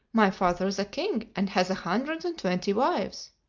my father is a king and has a hundred and twenty wives.